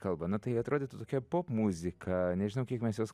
kalba na tai atrodytų tokia popmuzika nežinau kiek mes jos